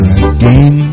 again